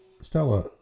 Stella